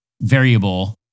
Variable